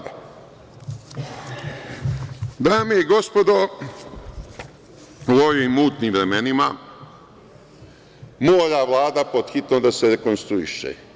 Dame i gospodo, u ovim mutnim vremenima mora Vlada pod hitno da se rekonstruiše.